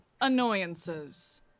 annoyances